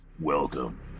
Welcome